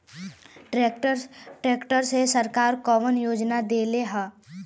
Tractor मे सरकार कवन योजना देले हैं?